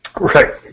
Right